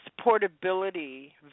portability